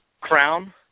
crown